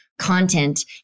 content